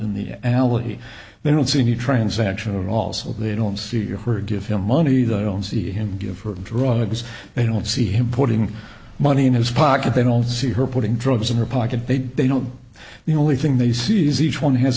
in the alley they don't see any transaction or also they don't see her give him money they don't see him give her drugs they don't see him putting money in his pocket they don't see her putting drugs in her pocket they don't the only thing they see is each one has